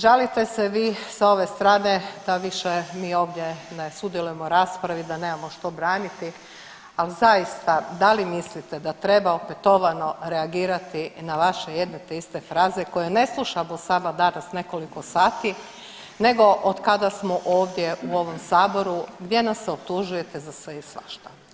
Žalite se vi s ove strane da više mi ovdje ne sudjelujemo u raspravi, da nemamo što braniti, al zaista da li mislite da treba opetovano reagirati na vaše jedne te iste fraze koje ne slušamo samo danas nekoliko sati nego otkada smo ovdje u ovom saboru gdje nas optužujete za sve i svašta.